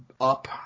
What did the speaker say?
up